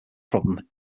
problem